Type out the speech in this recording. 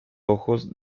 ojos